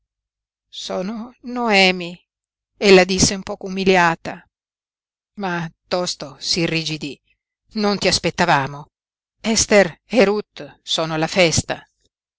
sono noemi ella disse un poco umiliata ma tosto s'irrigidí non ti aspettavamo ester e ruth sono alla festa